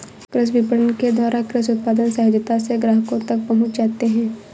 कृषि विपणन के द्वारा कृषि उत्पाद सहजता से ग्राहकों तक पहुंच जाते हैं